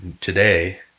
today